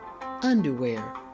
underwear